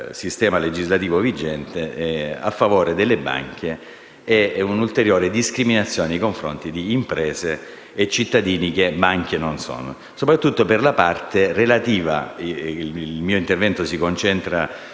il mio intervento si concentra